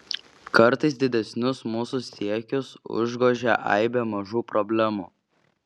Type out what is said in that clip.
kartais didesnius mūsų siekius užgožia aibė mažų problemų